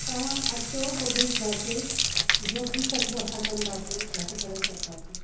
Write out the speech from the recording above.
तव्हां अचो पोइ ॾिसंदासेीं जो थी सघंदो असां कंदासीं घटि करे छॾिंदासीं